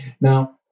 Now